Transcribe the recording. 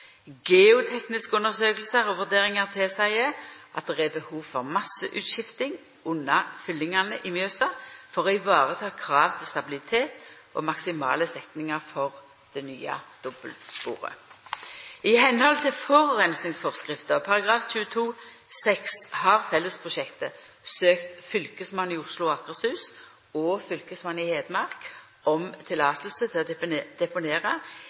Geotekniske undersøkingar og vurderingar tilseier at det er behov for masseutskifting under fyllingane i Mjøsa for å vareta krav til stabilitet og maksimale setningar for det nye dobbeltsporet. Etter forureiningsforskrifta § 22-6 har fellesprosjektet søkt Fylkesmannen i Oslo og Akershus og Fylkesmannen i Hedmark om løyve til å